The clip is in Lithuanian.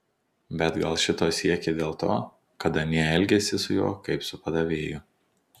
bet gal šito siekė dėl to kad anie elgėsi su juo kaip su padavėju